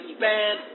band